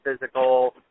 physical